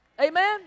Amen